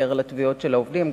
להתנכר לתביעות של העובדים.